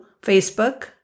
Facebook